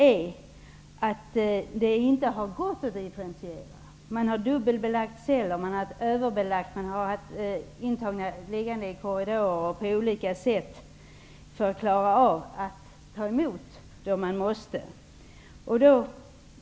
För att kunna ta emot alla har celler dubbelbelagts och intagna har fått ligga i korridorer.